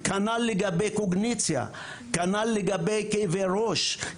כנ"ל לגבי קוגניציה, כנ"ל לגבי כאבי ראש.